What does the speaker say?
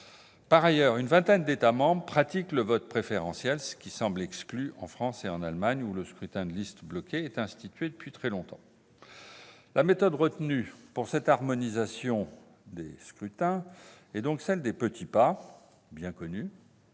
Par ailleurs, une vingtaine d'États membres pratiquent le vote préférentiel, ce qui semble exclu en France et en Allemagne où le scrutin de liste bloquée est institué depuis très longtemps. La méthode retenue pour l'harmonisation des scrutins est donc celle, bien connue,